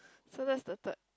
so that's the third